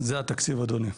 זה התקציב, אדוני.